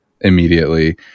immediately